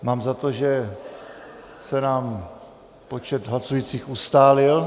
Mám za to, že se nám počet hlasujících ustálil.